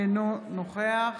אינו נוכח